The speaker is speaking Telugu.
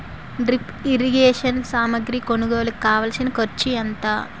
డ్రిప్ ఇరిగేషన్ సామాగ్రి కొనుగోలుకు కావాల్సిన ఖర్చు ఎంత